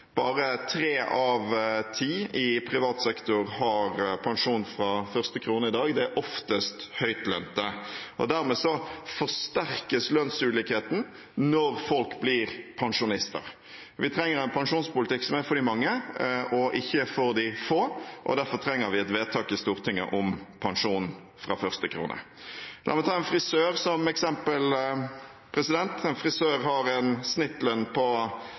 Bare tre av ti i privat sektor har pensjon fra første krone i dag. Det er oftest høytlønte. Dermed forsterkes lønnsulikheten når folk blir pensjonister. Vi trenger en pensjonspolitikk som er for de mange, ikke for de få, og derfor trenger vi et vedtak i Stortinget om pensjon fra første krone. La meg ta en frisør som eksempel. En frisør har en snittlønn på